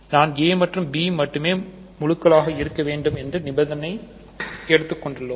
நாம் a மற்றும் b மட்டுமே முழுக்களாக இருக்க வேண்டும் என நிபந்தனையை எடுத்துக் கொண்டுள்ளோம்